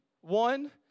one